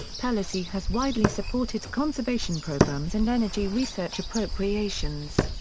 pelosi has widely supported conservation programs and energy research appropriations.